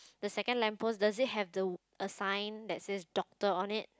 the second lamp post does it have the a sign that says doctor on it